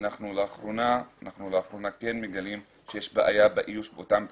לאחרונה אנחנו כן מגלים שיש בעיה באיוש באותם תקנים.